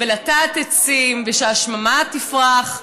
לטעת עצים ושהשממה תפרח.